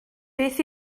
beth